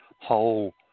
whole